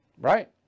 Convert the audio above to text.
right